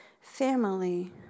family